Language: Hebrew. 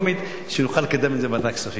כדי שנוכל לקדם את זה בוועדת הכספים.